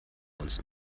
uns